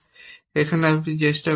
এখানে আপনি চেষ্টা করতে পারেন